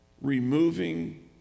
removing